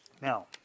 Now